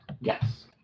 Yes